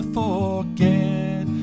forget